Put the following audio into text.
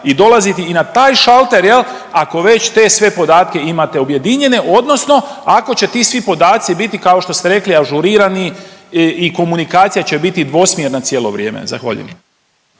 i dolaziti i na taj šalter jel ako već te sve podatke imate objedinjene odnosno ako će ti svi podaci biti kao što ste rekli ažurirani i komunikacija će biti dvosmjerna cijelo vrijeme. Zahvaljujem.